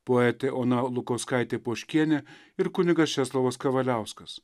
poetė ona lukauskaitė poškienė ir kunigas česlovas kavaliauskas